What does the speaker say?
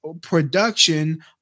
production